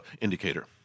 indicator